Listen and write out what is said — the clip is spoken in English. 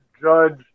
judge